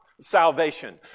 salvation